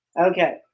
Okay